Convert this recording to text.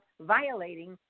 violating